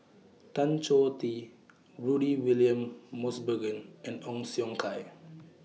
Tan Choh Tee Rudy William Mosbergen and Ong Siong Kai